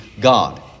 God